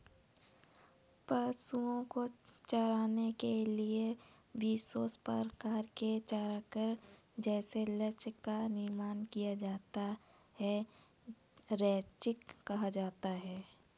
पशुओं को चराने के लिए विशेष प्रकार के चारागाह जैसे क्षेत्र का निर्माण किया जाता है जिसे रैंचिंग कहा जाता है